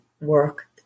work